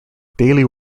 daily